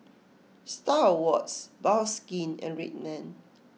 Star Awards Bioskin and Red Man